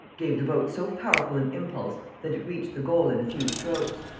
gave the boat so powerful an impulse that it reached the goal in a few strokes.